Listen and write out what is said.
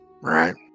Right